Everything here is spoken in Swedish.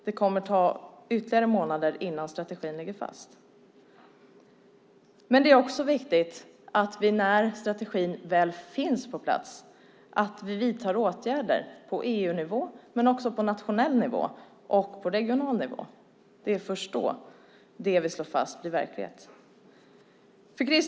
Det kommer att ta ytterligare månader innan strategin ligger fast. Det är också viktigt när strategin väl finns på plats att vi vidtar åtgärder på EU-nivå, på nationell nivå och på regional nivå. Det är först då det vi slår fast blir verklighet.